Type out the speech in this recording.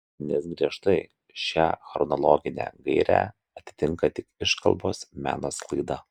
nes griežtai šią chronologinę gairę atitinka tik iškalbos meno sklaida